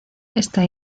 esta